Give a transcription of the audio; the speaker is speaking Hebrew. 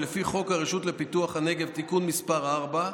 ולפי חוק הרשות לפיתוח הנגב (תיקון מס' 4)